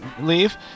leave